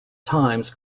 times